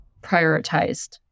prioritized